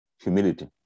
Humility